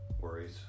Worries